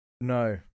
No